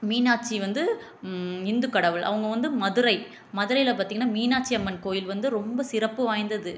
மீனாட்சி வந்து இந்துக்கடவுள் அவங்க வந்து மதுரை மதுரையில் பார்த்திங்கனா மீனாட்சி அம்மன் கோயில் வந்து ரொம்ப சிறப்பு வாய்ந்தது